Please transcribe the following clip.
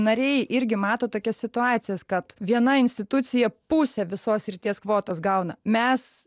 nariai irgi mato tokias situacijas kad viena institucija pusė visos srities kvotas gauna mes